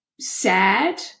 sad